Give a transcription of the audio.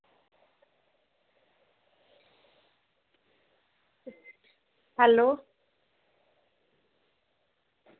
hello